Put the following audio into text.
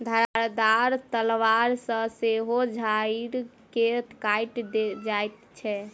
धारदार तलवार सॅ सेहो झाइड़ के काटल जाइत छै